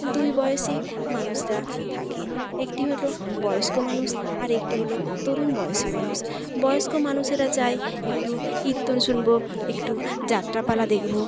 দুইবয়সি মানুষরা থাকে একটি হল বয়স্ক মানুষ আর একটি হল তরুণ বয়সী মানুষ বয়স্ক মানুষেরা চায় একটু কীর্তন শুনবো একটু যাত্রাপালা দেখবো